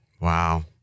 Wow